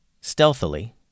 stealthily